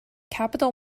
capital